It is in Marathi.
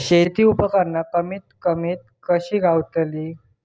शेती उपकरणा कमी किमतीत कशी गावतली?